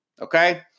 Okay